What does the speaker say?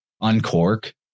uncork